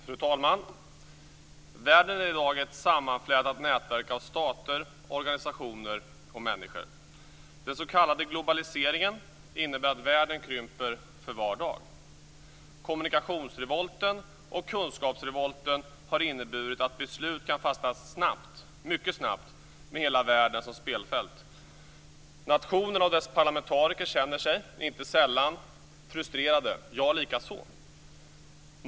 Fru talman! Världen är i dag ett sammanflätat nätverk av stater, organisationer och människor. Den s.k. globaliseringen innebär att världen krymper för var dag. Kommunikationsrevolten och kunskapsrevolten har inneburit att beslut kan fattas mycket snabbt med hela världen som spelfält. Nationerna och deras parlamentariker känner sig inte sällan frustrerade, och jag likaså.